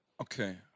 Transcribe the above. Okay